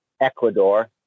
Ecuador